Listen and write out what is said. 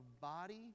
body